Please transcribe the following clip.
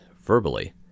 verbally